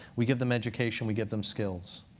we give them education. we give them skills.